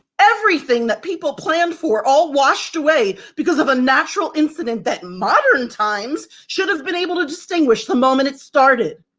everything that people planned for, all washed away because of a natural incident that modern times should have been able to distinguish the moment it started.